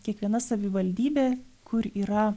kiekviena savivaldybė kur yra